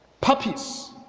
puppies